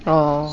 oh